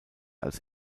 als